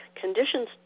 Conditions